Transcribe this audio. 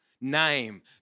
name